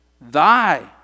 Thy